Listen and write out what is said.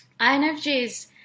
INFJs